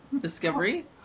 discovery